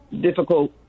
difficult